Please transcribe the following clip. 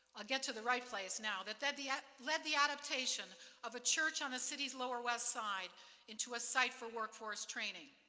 i'll get to the right place now, that that ah led the adaptation of a church on the city's lower west side into a site for workforce training.